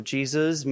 Jesus